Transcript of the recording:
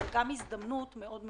אבל גם הזדמנות מאוד גדולה.